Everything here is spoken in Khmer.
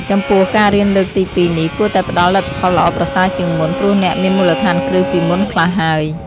ចំពោះ ការរៀនលើកទីពីរនេះ គួរតែផ្តល់លទ្ធផលល្អប្រសើរជាងមុន ព្រោះអ្នកមានមូលដ្ឋានគ្រឹះពីមុនខ្លះហើយ។